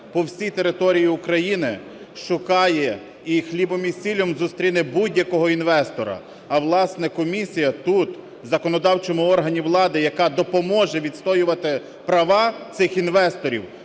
по всій території України шукає і хлібом, і сіллю зустріне будь-якого інвестора, а, власне, комісія тут в законодавчому органі влади, яка допоможе відстоювати права цих інвесторів,